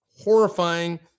horrifying